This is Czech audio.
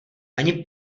ani